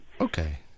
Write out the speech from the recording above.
Okay